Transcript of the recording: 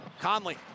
Conley